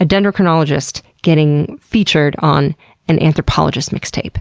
a dendrochronologist getting featured on an anthropologist mixtape.